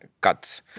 cuts